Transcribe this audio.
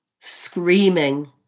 screaming